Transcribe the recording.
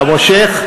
אתה מושך?